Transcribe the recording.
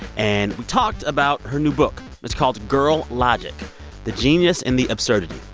and we talked about her new book. it's called girl logic the genius and the absurdity.